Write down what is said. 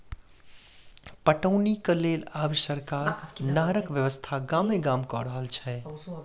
पटौनीक लेल आब सरकार नहरक व्यवस्था गामे गाम क रहल छै